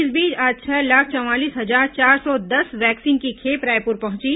इस बीच आज छह लाख चवालीस हजार चार सौ दस र्वैक्सीन की खेप रायपुर पहुंची